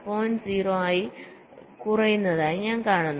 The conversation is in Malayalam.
0 ആയി കുറയുന്നതായി ഞാൻ കാണുന്നു